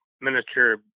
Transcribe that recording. miniature